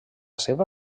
seva